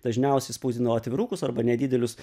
dažniausiai spausdino atvirukus arba nedidelius